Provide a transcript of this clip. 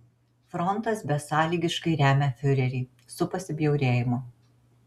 frontas besąlygiškai remia fiurerį su pasibjaurėjimu